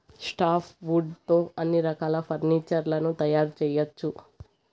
soft wood తో అన్ని రకాల ఫర్నీచర్ లను తయారు చేయవచ్చు